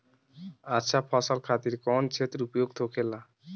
अच्छा फसल खातिर कौन क्षेत्र उपयुक्त होखेला?